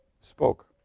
spoke